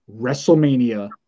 WrestleMania